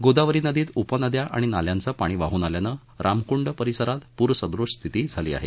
गोदावरी नदीत उपनद्या आणि नाल्यांचे पाणी वाहून आल्याने रामकृंड परिसरात पूर सदृश स्थिती आहे